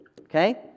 okay